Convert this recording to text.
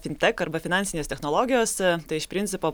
fintek arba finansinės technologijos tai iš principo